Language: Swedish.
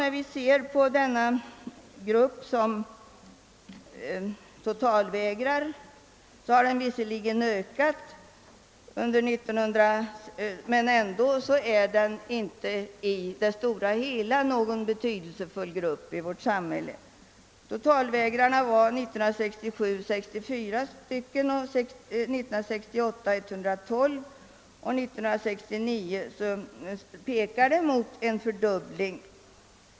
Gruppen av totalvägrare har visserligen ökat men utgör ändå inte någon särskilt betydelsefull grupp i vårt samhälle. Antalet totalvägrare var 64 år 1967 och 112 år 1968, och utvecklingen under år 1969 pekar mot en fördubbling.